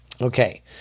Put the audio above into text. Okay